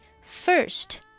first